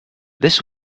this